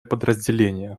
подразделение